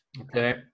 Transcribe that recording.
Okay